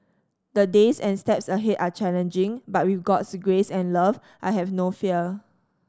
the days and steps ahead are challenging but with God's grace and love I have no fear